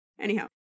Anyhow